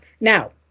Now